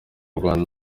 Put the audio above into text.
rwanda